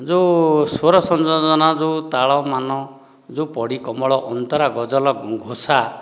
ଯେଉଁ ସ୍ୱର ସଂଯୋଜନା ଯେଉଁ ତାଳ ମାନ ଯେଉଁ ପଡ଼ି କମଳ ଅନ୍ତରା ଗଜଲ ଘୋସା